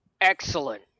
Excellent